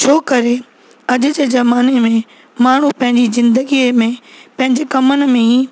छो करे अॼु जे ज़माने में माण्हू पंहिंजी ज़िंदगी में पंहिंजे कमनि में ई